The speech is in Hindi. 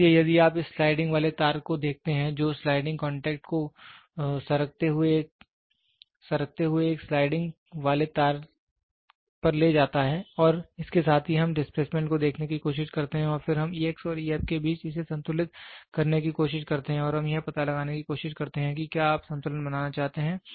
इसलिए यदि आप इस स्लाइडिंग वाले तार को देखते हैं जो स्लाइडिंग कॉन्टैक्ट को सरकते हुए एक स्लाइडिंग वाले तार पर ले जाता है और इसके साथ ही हम डिस्प्लेसमेंट को देखने की कोशिश करते हैं और फिर हम और के बीच इसे संतुलित करने की कोशिश करते हैं और हम यह पता लगाने की कोशिश करते हैं कि क्या आप संतुलन बनाना चाहते हैं